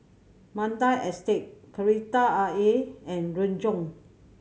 Mandai Estate Kreta Ayer and Renjong